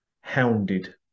Hounded